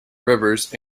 rivers